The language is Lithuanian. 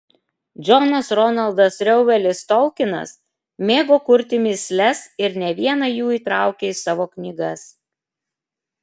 džonas ronaldas reuelis tolkinas mėgo kurti mįsles ir ne vieną jų įtraukė į savo knygas